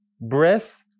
breath